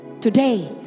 Today